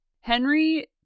Henry